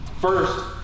First